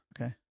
Okay